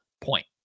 point